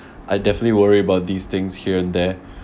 I definitely worry about these things here and there